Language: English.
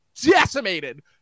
decimated